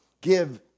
give